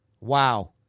Wow